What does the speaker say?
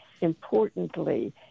importantly